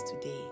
today